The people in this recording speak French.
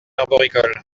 arboricole